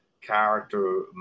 character